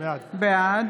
בעד